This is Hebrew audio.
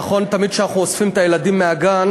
נכון שתמיד כשאנחנו אוספים את הילדים מהגן